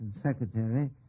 secretary